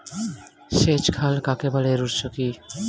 সেচ খাল কাকে বলে এর উৎস কি?